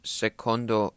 secondo